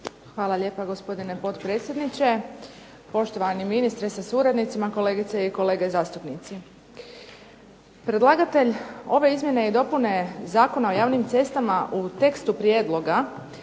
Hvala lijepa gospodine potpredsjedniče, poštovani ministre sa suradnicima, kolegice i kolege zastupnici. Predlagatelj ove izmjene i dopune Zakona o javnim cestama u tekstu prijedloga